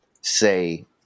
say